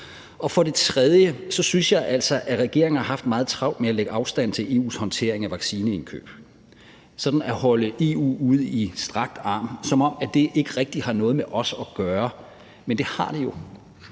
For det tredje synes jeg altså, at regeringen har haft meget travlt med at lægge afstand til EU's håndtering af vaccineindkøb – sådan at holde EU ud i strakt arm, som om det ikke rigtig har noget med os at gøre. Men det har det jo.